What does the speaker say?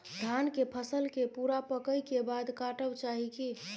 धान के फसल के पूरा पकै के बाद काटब चाही की?